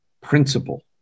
principle